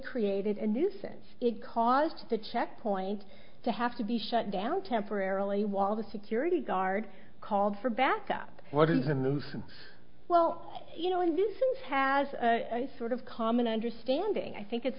created a nuisance it caused the checkpoint to have to be shut down temporarily while the security guard called for backup what is a move well you know even has a sort of common understanding i think it's